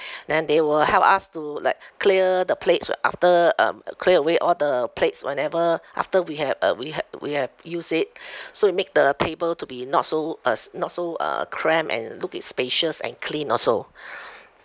then they will help us to like clear the plates where after um clear away all the plates whenever after we have uh we have we have use it so it make the table to be not so uh not so uh cramp and look it spacious and clean also